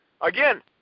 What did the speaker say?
Again